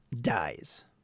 dies